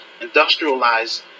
industrialized